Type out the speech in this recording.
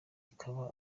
ikaba